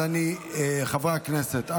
חברי הכנסת,